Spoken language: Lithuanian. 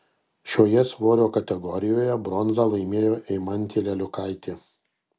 šioje svorio kategorijoje bronzą laimėjo eimantė leliukaitė